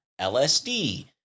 LSD